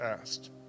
asked